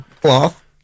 cloth